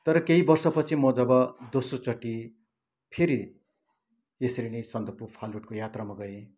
तर केही वर्ष पछि म जब दोस्रोचोटि फेरि यसरी नै सन्दकपू फालुटको यात्रामा गएँ